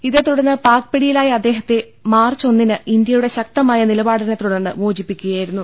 ഇതേതുടർന്ന് പാക് പിടിയിലായ അദ്ദേഹത്തെ മാർച്ച് ഒന്നിന് ഇന്ത്യയുടെ ശക്തമായ നിലപാടിനെ തുടർന്ന് മോചിപ്പിക്കുകയാ യിരുന്നു